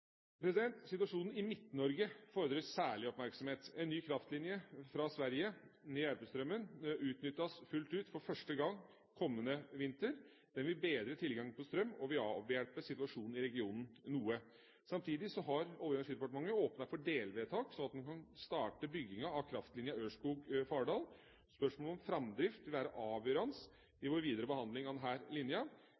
åra. Situasjonen i Midt-Norge fordrer særlig oppmerksomhet. En ny kraftlinje fra Sverige, Nea–Järpstrømmen, utnyttes fullt ut for første gang kommende vinter. Den vil bedre tilgangen på strøm og vil avhjelpe situasjonen i regionen noe. Samtidig har Olje- og energidepartementet åpnet for delvedtak, slik at man raskt kan starte bygginga av kraftlinjen Ørskog–Fardal. Spørsmålet om framdrift vil være avgjørende i